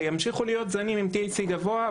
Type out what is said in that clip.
וימשיכו להיות זנים עם THC גבוה,